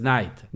Night